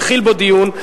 התחיל בו דיון,